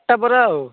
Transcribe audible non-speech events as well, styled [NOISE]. [UNINTELLIGIBLE] ପରା ଆଉ